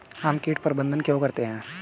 हम कीट प्रबंधन क्यों करते हैं?